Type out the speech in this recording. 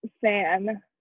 fan